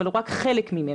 אבל הוא רק חלק ממנו.